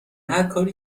هرکاری